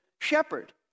shepherd